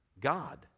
God